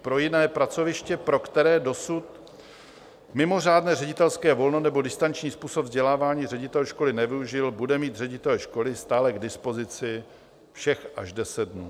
Pro jiné pracoviště, pro které dosud mimořádné ředitelské volno nebo distanční způsob vzdělávání ředitel školy nevyužil, bude mít ředitel školy stále k dispozici všech až deset dnů.